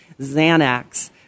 Xanax